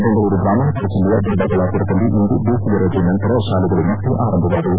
ಬೆಂಗಳೂರು ಗ್ರಾಮಾಂತರ ಜಿಲ್ಲೆಯ ದೊಡ್ಡಬಳ್ಳಾಪುರದಲ್ಲಿ ಇಂದು ಬೇಸಿಗೆ ರಜೆಯ ನಂತರ ಶಾಲೆಗಳು ಮತ್ತೆ ಆರಂಭವಾದವು